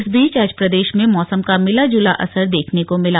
इस बीच आज प्रदेश में मौसम का मिला जुला असर देखने को मिला